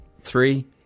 Three